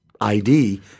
ID